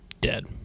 Dead